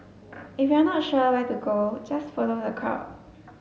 if you're not sure where to go just follow the crowd